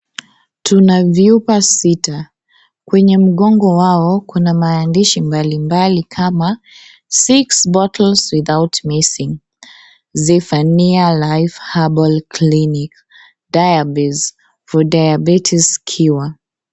Tuna vyupa sita, kwenye mgongo wao kuna maandishi mbali mbali kama six bottles without missing, Zephania Life Herbal clinic diabase for diabetes cure